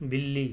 بلی